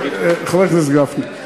תן לי, חבר הכנסת גפני.